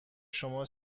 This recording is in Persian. شما